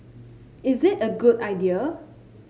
is it a good idea